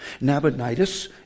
Nabonidus